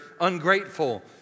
ungrateful